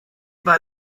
war